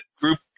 group